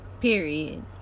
Period